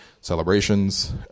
celebrations